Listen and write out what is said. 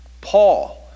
Paul